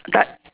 d~